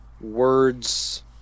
words